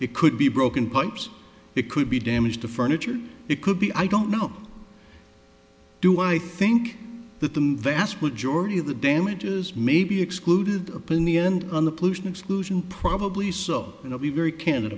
it could be broken pipes it could be damage to furniture it could be i don't know do i think that the vast majority of the damages may be excluded opinion on the pollution exclusion probably so you know be very ca